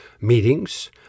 meetings